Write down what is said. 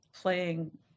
playing